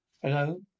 Hello